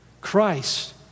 Christ